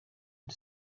rtd